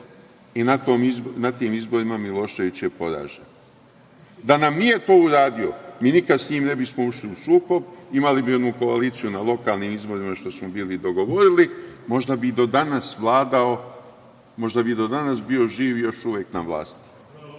i na tim izborima Milošević je poražen. Da nam nije to uradio mi nikad sa njim ne bismo ušli u sukob, imali bi onu koaliciju na lokalnim izborima što smo bili dogovorili, možda bi do danas vladao, možda bi do danas bio živ i još uvek na vlasti.